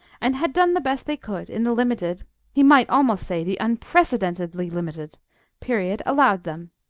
and had done the best they could in the limited he might almost say the unprecedentedly limited period allowed them.